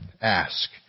Ask